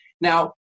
Now